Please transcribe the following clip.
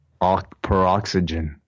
peroxygen